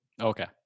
Okay